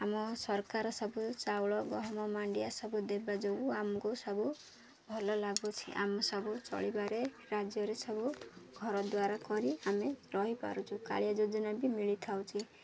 ଆମ ସରକାର ସବୁ ଚାଉଳ ଗହମ ମାଣ୍ଡିଆ ସବୁ ଦେବା ଯୋଗୁଁ ଆମକୁ ସବୁ ଭଲ ଲାଗୁଛି ଆମ ସବୁ ଚଳିବାରେ ରାଜ୍ୟରେ ସବୁ ଘର ଦ୍ୱାର କରି ଆମେ ରହିପାରୁଛୁ କାଳିଆ ଯୋଜନା ବି ମିଳି ଥାଉଛି